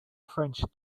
french